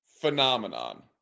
phenomenon